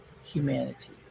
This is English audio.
humanity